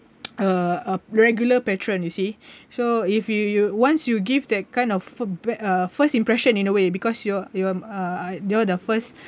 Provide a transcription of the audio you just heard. a a regular patron you see so if you you once you give that kind of bad uh first impression in a way because you are you are uh you know the first